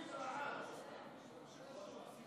ההצבעה הבאה היה הצבעה אלקטרונית.